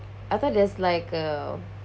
I thought that's like a